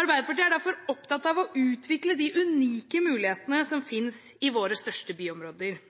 Arbeiderpartiet er derfor opptatt av å utvikle de unike mulighetene som finnes i våre største byområder.